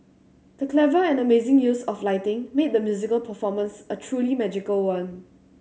the clever and amazing use of lighting made the musical performance a truly magical one